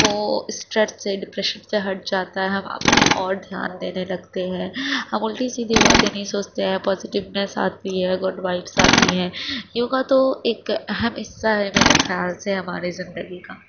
وہ اسٹرس سے ڈپریشن سے ہٹ جاتا ہے ہم اپنی اور دھیان دینے لگتے ہیں ہم الٹی سیدھی باتیں نہیں سوچتے ہیں پازیٹبنس آتی ہے گڈ وائبس آتی ہیں یوگا تو ایک اہم حصہ ہے میرے خیال سے ہماری زندگی کا